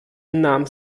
nahm